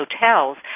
hotels